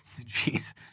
Jeez